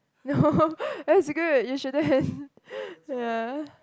no that is good you shouldn't ya